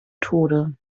tode